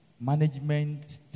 management